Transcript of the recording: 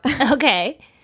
Okay